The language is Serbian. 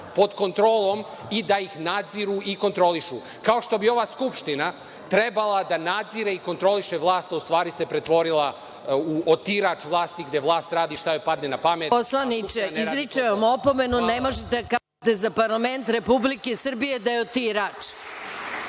pod kontrolom i da ih nadziru i kontrolišu. Kao što bi ova Skupština trebala da nadzire i kontroliše vlast, a u stvari se pretvorila u otirač vlasti, gde vlast radi šta joj padne na pamet. **Maja Gojković** Poslaniče, izričem vam opomenu. Ne možete da kažete za parlament Republike Srbije da je otirač.